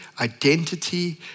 identity